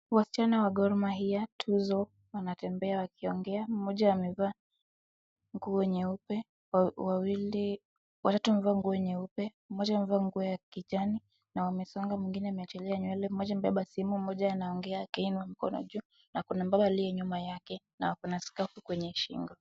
Wasichana wa Gor Mahia Tunzo wanatembea wakiongea. Mmoja amevaa nguo nyeupe, watatu wamevaa nguo nyeupe, mmoja amevaa nguo ya kijani na wamesonga mwinginne amechanua nywele. Mmoja amebeba simu, mmoja anaongea akiinua mkono juu. Kuna mbaba aliyenyuma na ako skafu kwenye shingo.